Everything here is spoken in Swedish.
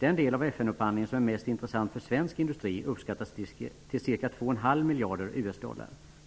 Den del av FN-upphandlingen som är mest intressant för svensk industri uppskattas till ca 2,5 miljarder USD.